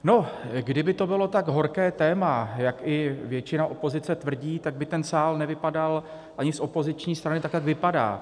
No, kdyby to bylo tak horké téma, jak i většina opozice tvrdí, tak by sál nevypadal ani z opoziční strany tak, jak vypadá.